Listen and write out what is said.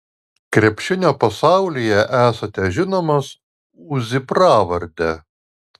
krepšinio pasaulyje esate žinomas uzi pravarde